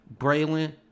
Braylon